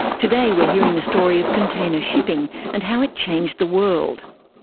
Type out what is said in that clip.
today we're hearing the story of container shipping and how it changed the world.